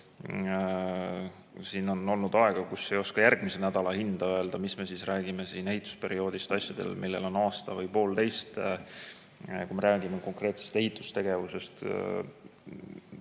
Siin on olnud aegu, kus ei oska järgmisegi nädala hinda öelda, mis siin rääkida ehitusperioodist, millel on aasta või poolteist, kui me räägime konkreetselt ehitustegevusest.